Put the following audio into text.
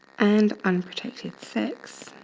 and unprotected sex